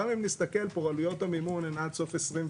גם אם נסתכל פה, עלויות המימון הן עד סוף 2022,